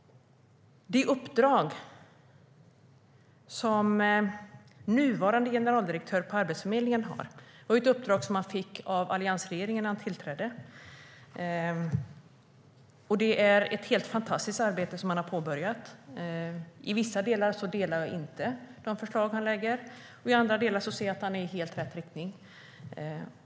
Det uppdrag som nuvarande generaldirektören på Arbetsförmedlingen har fick han av alliansregeringen när han tillträdde. Han har påbörjat ett fantastiskt arbete. I vissa delar instämmer jag inte i hans förslag, och i andra delar anser jag att hans förslag går i helt rätt riktning.